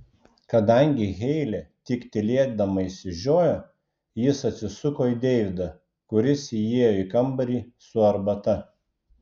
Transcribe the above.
kadangi heilė tik tylėdama išsižiojo jis atsisuko į deividą kuris įėjo į kambarį su arbata